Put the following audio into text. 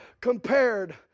compared